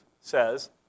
says